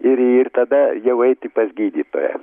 ir ir tada jau eiti pas gydytoją